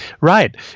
Right